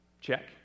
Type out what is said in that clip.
check